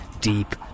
deep